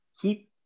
Keep